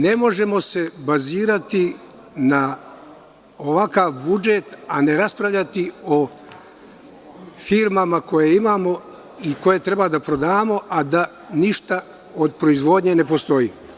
Ne možemo se bazirati na ovakav budžet, a ne raspravljati o firmama koje imamo i koje treba da prodamo, a da ništa od proizvodnje ne postoji.